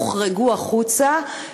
הוחרגו החוצה,